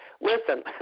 listen